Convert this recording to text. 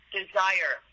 desire